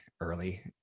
early